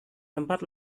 tempat